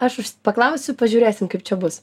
aš paklausiu pažiūrėsim kaip čia bus